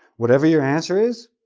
whatever your answer is,